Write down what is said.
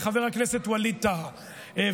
לחבר הכנסת ווליד טאהא,